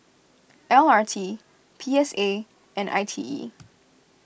L R T P S A and I T E